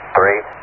three